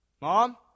Mom